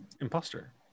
imposter